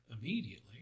immediately